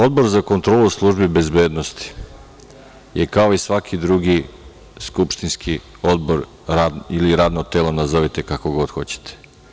Odbor za kontrolu službi bezbednosti je kao i svaki drugi skupštini odbor ili radno telo, nazovite kako god hoćete.